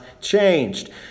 changed